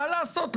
מה לעשות,